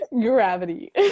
Gravity